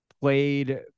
played